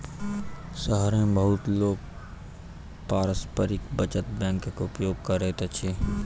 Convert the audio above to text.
शहर मे बहुत लोक पारस्परिक बचत बैंकक उपयोग करैत अछि